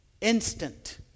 instant